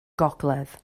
gogledd